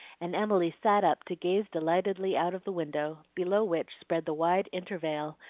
and emily sat up to gaze delightedly out of the window, below which spread the wide intervale,